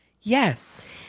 Yes